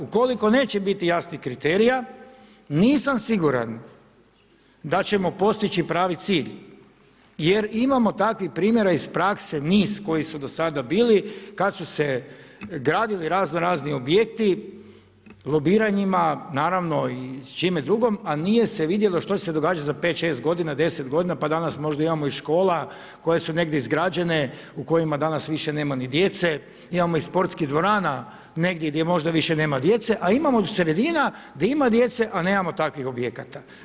Ukoliko neće biti jasnih kriterija, nisam siguran da ćemo postići pravi cilj, jer imamo takvih primjera iz prakse, niz koji su do sada bili, kad su se gradili razno razni objekti, lobiranjima, naravno i s čime drugom, a nije se vidjelo što se događa za 5, 6 godina, 10 godina pa danas možda imamo i škola koje su negdje izgrađene u kojima danas više nema ni djece, imamo i sportskih dvorana, negdje gdje možda više nema djece, a imamo i sredina gdje ima djece a nemamo takvih objekata.